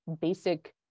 basic